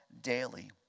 daily